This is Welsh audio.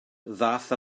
ddaeth